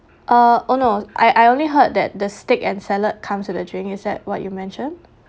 uh oh no I I only heard that the steak and salad comes with a drink is that what you mention